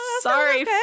Sorry